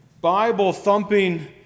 Bible-thumping